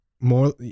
more